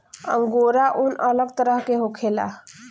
angora ऊन अलग तरह के होखेला